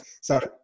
Sorry